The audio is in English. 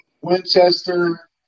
Winchester